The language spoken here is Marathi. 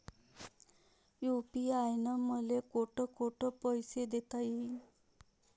यू.पी.आय न मले कोठ कोठ पैसे देता येईन?